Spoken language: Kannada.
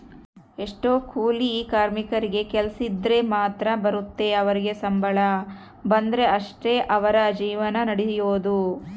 ಎಷ್ಟೊ ಕೂಲಿ ಕಾರ್ಮಿಕರಿಗೆ ಕೆಲ್ಸಿದ್ರ ಮಾತ್ರ ಬರುತ್ತೆ ಅವರಿಗೆ ಸಂಬಳ ಬಂದ್ರೆ ಅಷ್ಟೇ ಅವರ ಜೀವನ ನಡಿಯೊದು